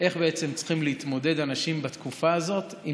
איך אנשים צריכים להתמודד בתקופה הזאת עם